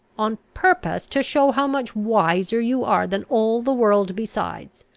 on purpose to show how much wiser you are than all the world besides.